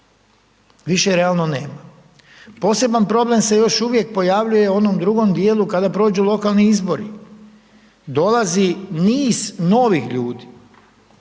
više realno nema. Poseban problem se još uvijek pojavljuje u onom drugom dijelu kada prođu lokalni izbori, dolazi niz novih ljudi,